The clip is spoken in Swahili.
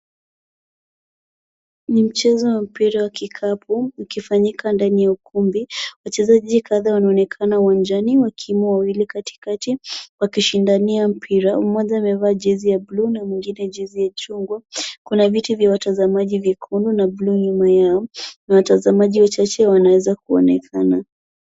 Ni mchezo wa mpira wa kikapu ukifanyika ndani ya ukumbi. Wachezaji kadha wanaonekana uwanjani wakiwemo wawili katikati wakishindania mpira. Mmoja amevaa jezi ya buluu na mwingine jezi ya chungwa. Kuna viti vya watazamaji vyekundu na buluu nyuma yao. Watazamaji wachache wanaweza kuonekana.